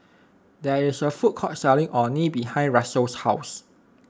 there is a food court selling Orh Nee behind Russell's house